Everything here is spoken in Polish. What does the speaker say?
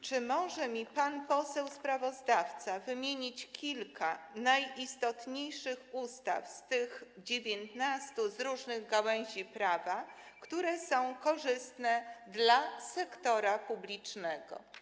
Czy może mi pan poseł sprawozdawca wymienić kilka najistotniejszych ustaw z tych 19 z różnych gałęzi prawa, które są korzystne dla sektora publicznego?